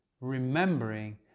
Remembering